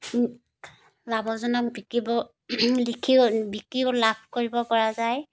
লাভজনক বিকিব বিকিও বিকিও লাভ কৰিব পৰা যায়